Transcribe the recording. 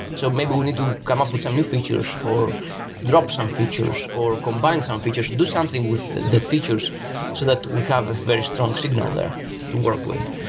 so maybe need to come up with some new features or drop some features or combine some features. do something with the features so that we have a very strong signal there to work with.